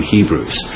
Hebrews